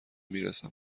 میرسم